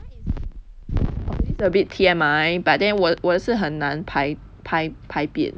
right this is a bit P_M_I but then 我我也是很难排排排便